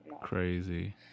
crazy